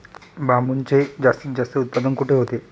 बांबूचे जास्तीत जास्त उत्पादन कुठे होते?